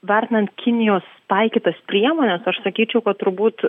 vertinant kinijos taikytas priemones aš sakyčiau kad turbūt